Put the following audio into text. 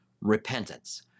repentance